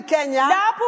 Kenya